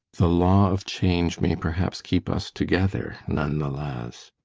the law of change may perhaps keep us together, none the less.